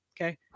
okay